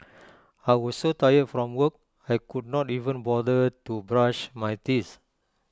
I was so tired from work I could not even bother to brush my teeth